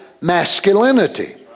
masculinity